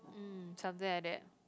mm something like that